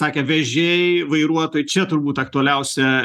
sakė vežėjai vairuotojai čia turbūt aktualiausia